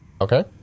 Okay